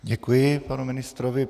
Děkuji panu ministrovi.